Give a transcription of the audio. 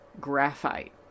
graphite